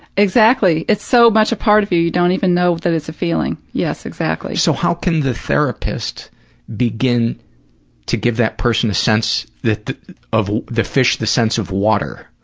exactly, it's so much a part of you, you don't even know it's a feeling. yes, exactly. so, how can the therapist begin to give that person a sense that of the fish the sense of water?